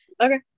okay